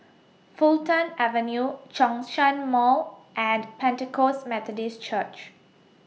Fulton Avenue Zhongshan Mall and Pentecost Methodist Church